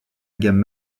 gamme